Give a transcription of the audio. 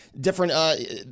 different –